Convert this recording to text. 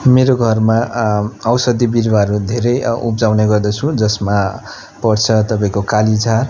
मेरो घरमा औषधी बिरुवाहरू धेरै उब्जाउने गर्दछु जसमा पर्छ तपाईँको